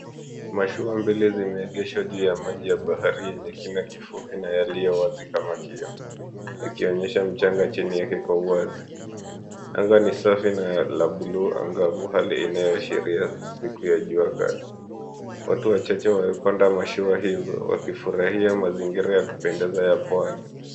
Mashua mbili zimeegeshwa juu ya bahari ya kina kifupi yakionyesha mchanga chini yake kwa uwazi. Anga ni safi na la buluu angavu, hali inayoashiria siku ya jua kali. Watu wachache wamepanda mashua hizo, wakifurahia siku ya kupendeza ya Pwani.